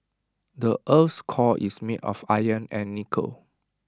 the Earth's core is made of iron and nickel